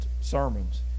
sermons